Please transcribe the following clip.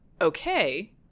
okay